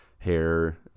hair